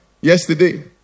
yesterday